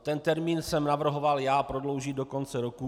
Ten termín jsem navrhoval já, prodloužit do konce roku.